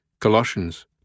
Colossians